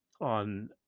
on